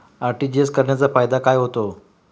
RTGS करण्याचा फायदा काय होतो?